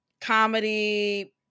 comedy